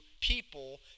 people